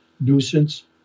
Nuisance